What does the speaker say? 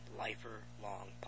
lifer-long